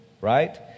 right